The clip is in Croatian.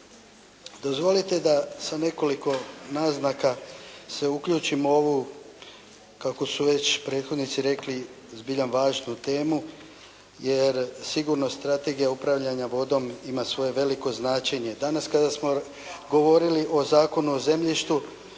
Dozvolite da sa nekoliko naznaka se uključim u ovu kako su već prethodnici rekli zbiljam važnu temu jer sigurno Strategija upravljanja vodom ima svoje veliko značenje. Danas kada smo govorili o Zakonu o zemljištu